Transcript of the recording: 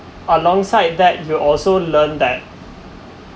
alongside that we also learn that